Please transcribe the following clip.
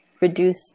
reduce